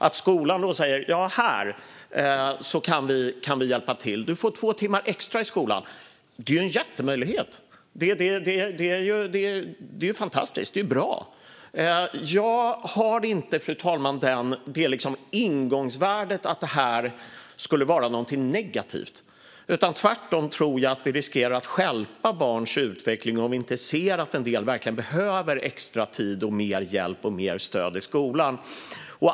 Det är en jättemöjlighet om skolan då säger: Här kan vi hjälpa till. Du får två timmar extra i skolan. Det är fantastiskt. Det är bra. Fru talman! Jag har inte ingångsvärdet att detta skulle vara något negativt. Jag tror tvärtom att vi riskerar att stjälpa barns utveckling om vi inte ser att en del verkligen behöver extra tid, mer hjälp och mer stöd i skolan.